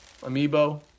Amiibo